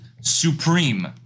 Supreme